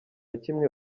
kimwe